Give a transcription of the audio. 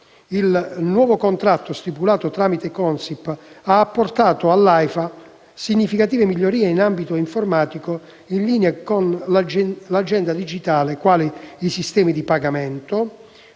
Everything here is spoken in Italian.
il nuovo contratto stipulato tramite la Consip ha apportato all'Aifa significative migliorie in ambito informatico, in linea con l'Agenda digitale, quali: sistemi di pagamento;